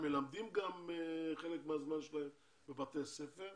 הם מלמדים גם חלק מהזמן שלהם בבתי הספר.